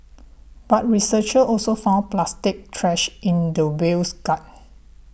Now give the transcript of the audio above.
but researchers also found plastic trash in the whale's gut